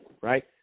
Right